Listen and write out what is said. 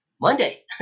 Monday